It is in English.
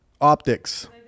Optics